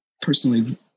personally